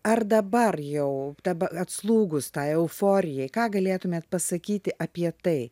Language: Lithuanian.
ar dabar jau dabar atslūgus euforijai ką galėtumėt pasakyti apie tai